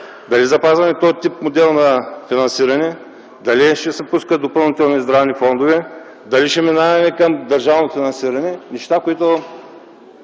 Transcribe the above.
дали запазваме този тип модел на финансиране, дали ще се пускат допълнителни здравни фондове, дали ще минаваме към държавно финансиране. Това са